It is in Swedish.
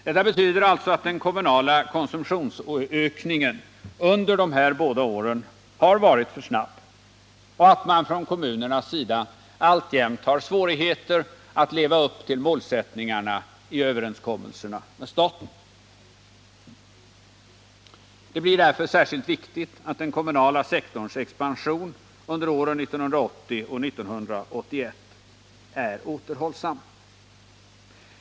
Detta betyder alltså att den kommunala konsumtionsökningen under de här båda åren har varit för snabb och att man från kommunernas sida alltjämt har svårigheter att leva upp till målsättningarna i överenskommelserna med staten. Det blir därför särskilt viktigt att den kommunala sektorns expansion under åren 1980 och 1981 är återhållsam.